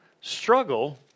struggle